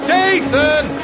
Jason